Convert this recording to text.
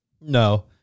No